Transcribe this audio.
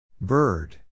Bird